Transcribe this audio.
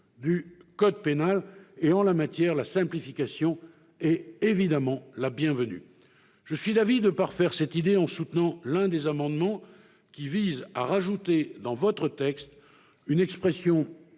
du code pénal. En la matière, la simplification est évidemment la bienvenue. Je suis d'avis de parfaire cette idée en soutenant l'un des amendements visant à ajouter dans votre texte une expression